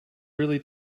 really